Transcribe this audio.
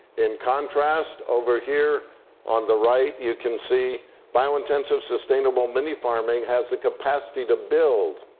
in contrast, over here on the right, you can see biointensive sustainable mini-farming has the capacity to build,